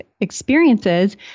experiences